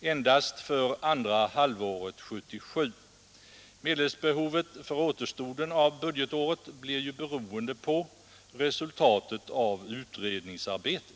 endast för andra halvåret 1977. Medelsbehovet för återstoden av budgetåret blir ju beroende av resultatet av utredningsarbetet.